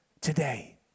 today